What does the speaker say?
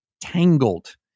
tangled